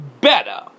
better